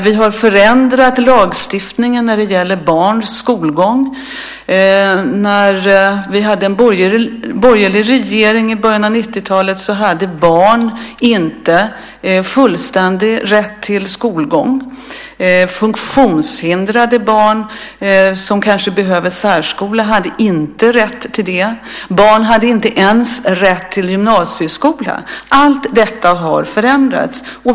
Vi har förändrat lagstiftningen när det gäller barns skolgång. När vi hade en borgerlig regering i början av 90-talet hade barn inte fullständig rätt till skolgång. Funktionshindrade barn som kanske behövde särskola hade inte rätt till det. Barn hade inte ens rätt till gymnasieskola. Allt detta har förändrats.